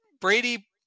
Brady